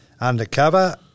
undercover